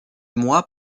mois